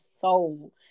soul